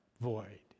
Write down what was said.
void